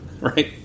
Right